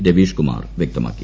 രവീഷ്കുമാർ വ്യക്തമാക്കി